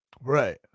Right